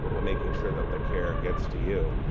but making sure that the care gets to you.